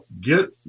get